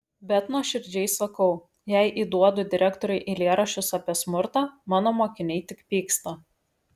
bet nuoširdžiai sakau jei įduodu direktoriui eilėraščius apie smurtą mano mokiniai tik pyksta